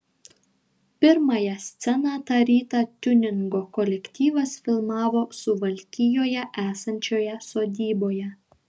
pirmąją sceną tą rytą tiuningo kolektyvas filmavo suvalkijoje esančioje sodyboje